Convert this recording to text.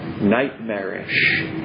nightmarish